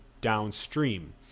downstream